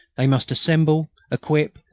they must assemble, equip,